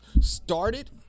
started